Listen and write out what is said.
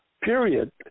period